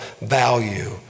value